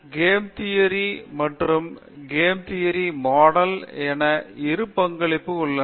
game theory மற்றும் game theory model என இரு பங்களிப்புகளும் உள்ளன